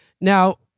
Now